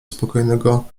spokojnego